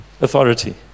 authority